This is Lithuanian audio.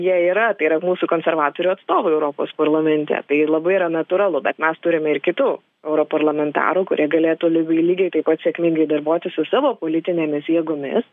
jie yra tai yra mūsų konservatorių atstovai europos parlamente tai labai yra natūralu bet mes turime ir kitų europarlamentarų kurie galėtų lygiai taip pat sėkmingai darbuotis su savo politinėmis jėgomis